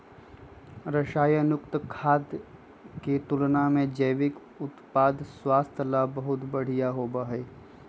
रसायन युक्त खाद्य के तुलना में जैविक उत्पाद स्वास्थ्य ला बहुत अच्छा होबा हई